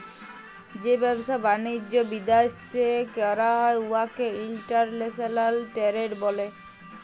যে ব্যবসা বালিজ্য বিদ্যাশে ক্যরা হ্যয় উয়াকে ইলটারল্যাশলাল টেরেড ব্যলে